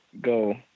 go